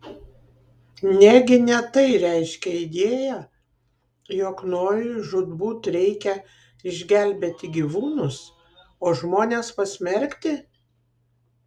negi ne tai reiškia idėja jog nojui žūtbūt reikia išgelbėti gyvūnus o žmones pasmerkti